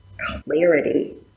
clarity